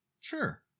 Sure